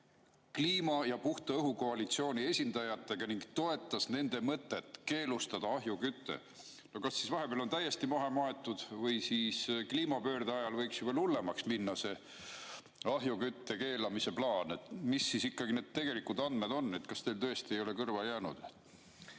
Kliima ja Puhta Õhu Koalitsiooni (CCAC) esindajatega ning toetas nende mõtet keelustada ahiküte." No kas siis vahepeal on see täiesti maha maetud või kliimapöörde ajal võiks veel hullemaks minna see ahjukütte keelamise plaan? Mis ikkagi need tegelikud andmed on, kas teile tõesti ei ole kõrva jäänud?